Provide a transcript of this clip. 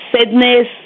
sadness